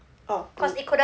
orh 补长